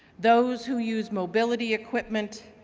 those who use mobility equipment,